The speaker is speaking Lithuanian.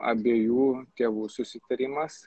abiejų tėvų susitarimas